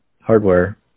hardware